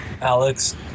Alex